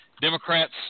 Democrats